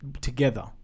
together